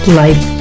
life